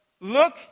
look